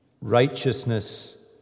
Righteousness